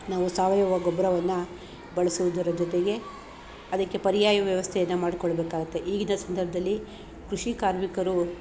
ನಾವು ಸಾವಯವ ಗೊಬ್ಬರವನ್ನ ಬಳಸುವುದರ ಜೊತೆಗೆ ಅದಕ್ಕೆ ಪರ್ಯಾಯ ವ್ಯವಸ್ಥೆಯನ್ನ ಮಾಡಿಕೊಳ್ಳಬೇಕಾಗತ್ತೆ ಈಗಿನ ಸಂದರ್ಭದಲ್ಲಿ ಕೃಷಿ ಕಾರ್ಮಿಕರು